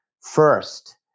first